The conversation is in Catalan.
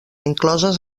incloses